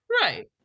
Right